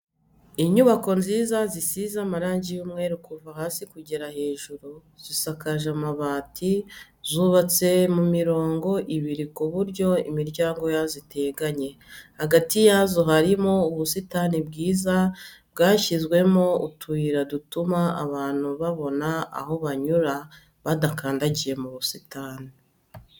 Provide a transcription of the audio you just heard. Inyubako nziza zisize amarangi y'umweru kuva hasi kugera hejuru zisakaje amabati zubatse mu mirongo ibiri ku buryo imiryango yazo iteganye, hagati yazo harimo ubusitani bwiza bwashyizwemo utuyira dutuma abantu babona aho banyura badakandagiye mu busitani.